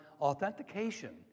authentication